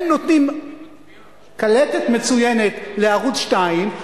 הם נותנים קלטת מצוינת לערוץ-2,